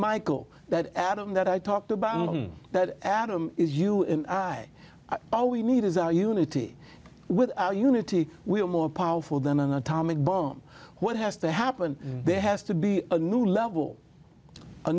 michel that adam that i talked about that adam is you and i all we need is our unity with unity we are more powerful than an atomic bomb what has to happen there has to be a new level a